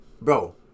Bro